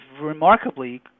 remarkably